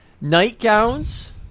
Nightgowns